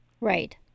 Right